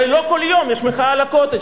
הרי לא כל יום יש מלחמה על ה"קוטג'".